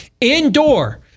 Indoor